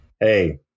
hey